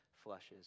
flushes